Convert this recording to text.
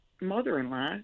mother-in-law